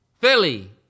Philly